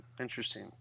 Interesting